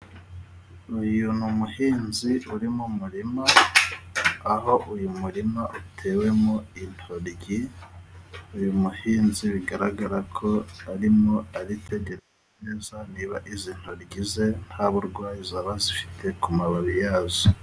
Uyu ni umuhinzi uri mu murima aho uyu murima utewemo intoryi, uyu muhinzi bigaragarako arimo aritegereza niba izi ntoryi ze nta burwayi zaba zifite ku mababi yazo.